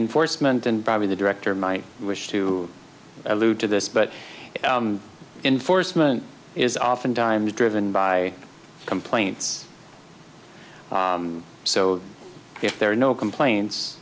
enforcement and probably the director might wish to allude to this but enforcement is often dime driven by complaints so if there are no complaints